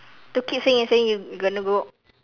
to keep saying and saying you're gonna go